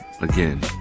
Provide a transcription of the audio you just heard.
again